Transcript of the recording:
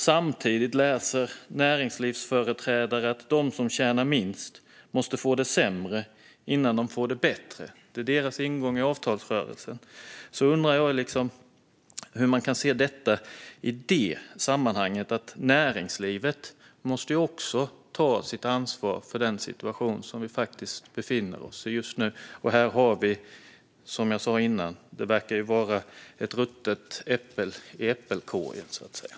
Samtidigt säger näringslivsföreträdare att de som tjänar minst måste få det sämre innan de får det bättre; det är deras ingång i avtalsrörelsen. Detta får mig att undra. Näringslivet måste ju också ta sitt ansvar för den situation som vi befinner oss i just nu. Här verkar det, så att säga, vara ett ruttet äpple i äppelkorgen.